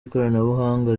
ikoranabuhanga